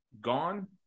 gone